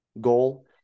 goal